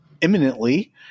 imminently